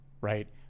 Right